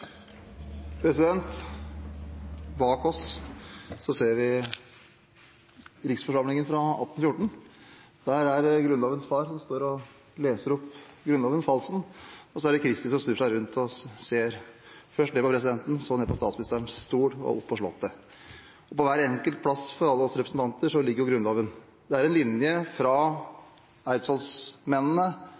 Grunnlovens far, Falsen, som står og leser opp Grunnloven, og så er det Christie, som snur seg rundt og ser først ned på presidenten, så ned på statsministerens stol og opp på slottet. På hver enkelt plass for alle oss representanter ligger Grunnloven. Det er en linje fra